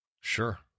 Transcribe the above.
sure